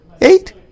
Eight